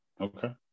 Okay